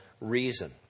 reason